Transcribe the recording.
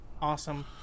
Awesome